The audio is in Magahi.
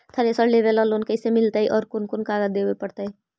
थरेसर लेबे ल लोन कैसे मिलतइ और कोन कोन कागज देबे पड़तै?